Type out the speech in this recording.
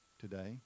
today